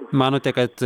manote kad